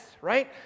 right